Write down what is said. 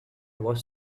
was